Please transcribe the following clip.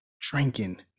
drinking